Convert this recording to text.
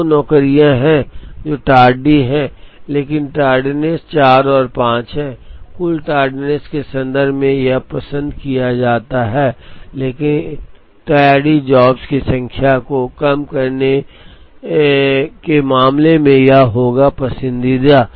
2 नौकरियां हैं जो टार्डी हैं लेकिन टार्डनेस 4 और 5 है कुल टार्डनेस के संदर्भ में यह पसंद किया जाता है लेकिन टैडी जॉब्स की संख्या को कम करने के मामले में यह होगा पसंदीदा